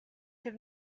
have